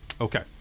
Okay